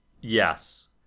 Yes